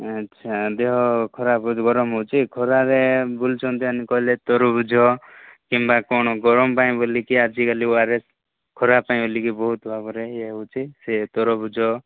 ଆଚ୍ଛା ଦେହ ଖରାପ ବହୁତ ଗରମ ହେଉଛି ଖରାରେ ବୁଲୁଛନ୍ତି ଆନି କହିଲେ ତରଭୁଜ କିମ୍ବା କ'ଣ ଗରମ ପାଣି ବୋଲିକି ଆଜିକାଲି ଓ ଆର୍ ଏସ୍ ଖରା ପାଇଁ ବୋଲିକି ବହୁତ ଭାବରେ ଇଏ ହେଉଛି ସିଏ ତରଭୁଜ